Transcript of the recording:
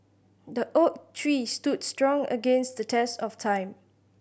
the oak tree stood strong against the test of time